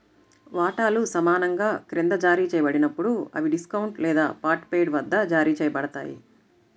వాటాలు సమానంగా క్రింద జారీ చేయబడినప్పుడు, అవి డిస్కౌంట్ లేదా పార్ట్ పెయిడ్ వద్ద జారీ చేయబడతాయి